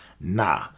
Nah